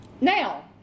Now